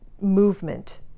movement